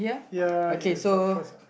ya you start first ah